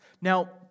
Now